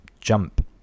jump